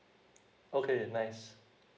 okay nice